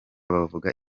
bavuga